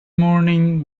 morning